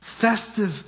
festive